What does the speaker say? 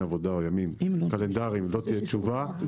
עבודה או ימים קלנדריים לא תהיה תשובה,